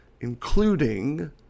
including